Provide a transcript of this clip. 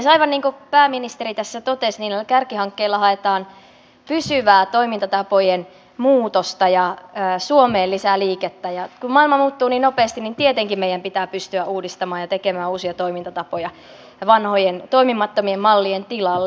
aivan niin kuin pääministeri tässä totesi niin kärkihankkeilla haetaan pysyvää toimintatapojen muutosta ja suomeen lisää liikettä ja kun maailma muuttuu niin nopeasti niin tietenkin meidän pitää pystyä uudistamaan ja tekemään uusia toimintatapoja vanhojen toimimattomien mallien tilalle